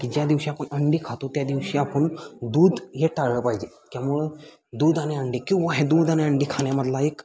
की ज्या दिवशी आपण अंडी खातो त्या दिवशी आपण दूध हे टाळलं पाहिजे त्यामुळं दूध आणि अंडी किंवा हे दूध आणि अंडी खाण्यामधला एक